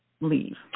leave